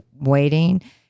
waiting